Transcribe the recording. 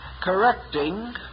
correcting